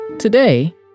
Today